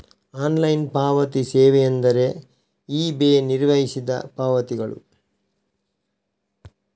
online ಪಾವತಿ ಸೇವೆಯೆಂದರೆ ಇ.ಬೆ ನಿರ್ವಹಿಸಿದ ಪಾವತಿಗಳು